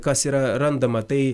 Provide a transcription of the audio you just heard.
kas yra randama tai